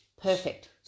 Perfect